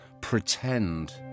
pretend